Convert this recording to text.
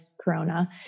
Corona